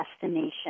destination